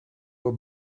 were